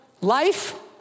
life